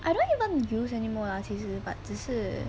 I don't even use anymore lah 其实 but 只是